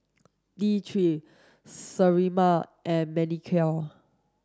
T three Sterimar and Manicare